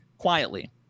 quietly